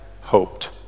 hoped